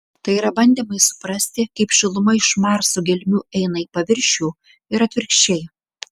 tai yra bandymai suprasti kaip šiluma iš marso gelmių eina į paviršių ir atvirkščiai